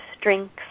drinks